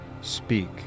speak